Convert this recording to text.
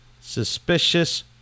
Suspicious